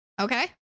Okay